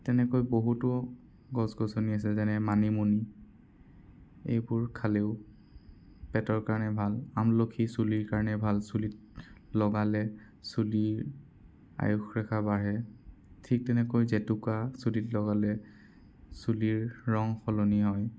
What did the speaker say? তেনেকৈ বহুতো গছ গছনি আছে যেনে মানিমুনি এইবোৰ খালেও পেটৰ কাৰণে ভাল আমলখি চুলিৰ কাৰণে ভাল চুলিত লগালে চুলিৰ আয়ুসৰেখা বাঢ়ে ঠিক তেনেকৈ জেতুকা চুলিত লগালে চুলিৰ ৰঙ সলনি হয়